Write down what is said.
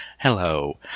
Hello